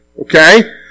Okay